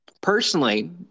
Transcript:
Personally